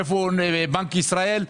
איפה בנק ישראל?